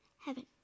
heaven